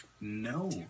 No